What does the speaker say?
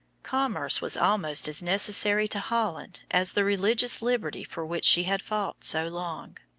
commerce was almost as necessary to holland as the religious liberty for which she had fought so long.